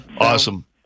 Awesome